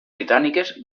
britàniques